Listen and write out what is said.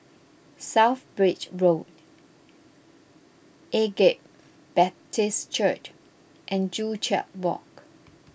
South Bridge Road Agape Baptist Church and Joo Chiat Walk